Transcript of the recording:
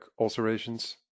ulcerations